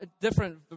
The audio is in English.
Different